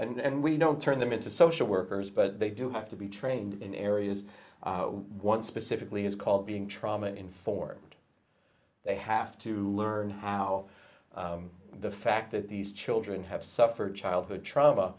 program and we don't turn them into social workers but they do have to be trained in areas one specifically is called being trauma informed they have to learn how the fact that these children have suffered childhood trauma